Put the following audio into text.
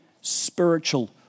spiritual